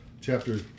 chapter